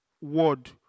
word